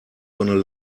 gonna